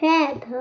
Cat 。